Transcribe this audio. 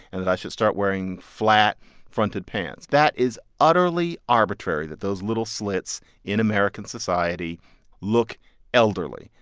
and that i should start wearing flat-fronted pants. that is utterly arbitrary that those little slits in american society look elderly,